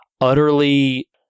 utterly